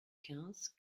quinze